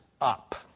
up